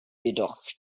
jedoch